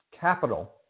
capital